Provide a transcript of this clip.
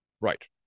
Right